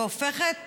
והופכת